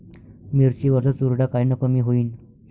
मिरची वरचा चुरडा कायनं कमी होईन?